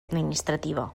administrativa